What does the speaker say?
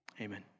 amen